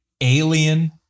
Alien